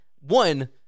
one